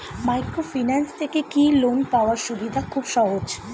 Microfinance থেকে কি loan পাওয়ার সুবিধা খুব সহজ?